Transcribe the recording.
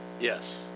Yes